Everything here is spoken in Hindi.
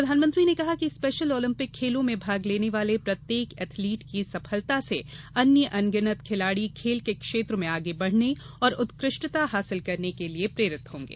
प्रधानमंत्री ने कहा कि स्पेशल ओलम्पिक खेलों में भाग लेने वाले प्रत्येक एथलीट की सफलता से अन्य अनगिनत खिलाड़ी खेल के क्षेत्र में आगे बढ़ने और उत्कृष्टता हासिल करने के लिए प्रेरित होंगे